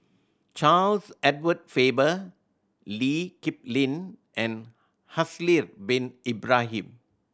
Charles Edward Faber Lee Kip Lin and Haslir Bin Ibrahim